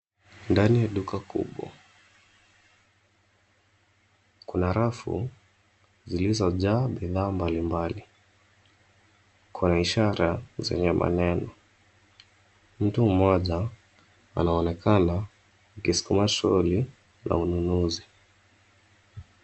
Ndani ya duka kubwa, kuna rafu zilizojaa bidhaa mbalimbali. Kuna ishara zenye maneno. Mtu mmoja anaonekana akisukuma troli la ununuzi.